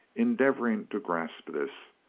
endeavoring to grasp this.